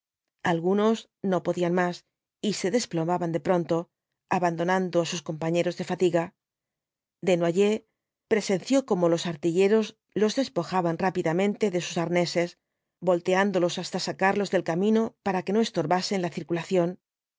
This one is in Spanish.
algunos no podían más y se desplomaban de pronto abandonando á sus compañeros de fatiga desnoyer presenció cómo los artilleros los despojaban rápidamente de sus arneses volteándolos hasta sacarlos del camino para que no estorbasen la circulación